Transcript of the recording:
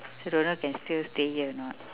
so don't know if can still stay here or not